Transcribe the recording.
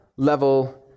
level